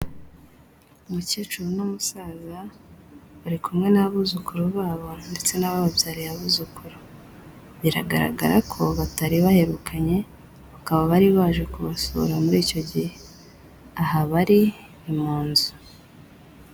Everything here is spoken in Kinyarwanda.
Umukecuru n'umusaza bari kumwe n'abuzukuru babo ndetse n'abababyariye abuzukuru, biragaragara ko batari baherukanye, bakaba bari baje kubasura muri icyo gihe, aha bari ni mu nzu.